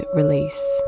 release